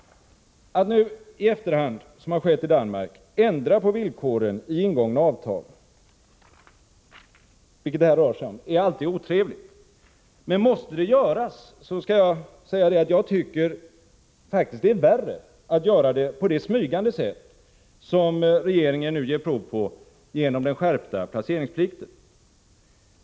Att nu i efterhand, som skett i Danmark, ändra på villkoren i ingångna avtal — vilket det här rör sig om — är alltid otrevligt. Men måste det görss tycker jag faktiskt att det är värre att göra det på det smygande sätt som regeringen ger prov på genom skärpningen av placeringsplikten.